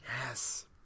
Yes